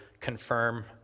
confirm